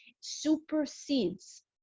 supersedes